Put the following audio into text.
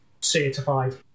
certified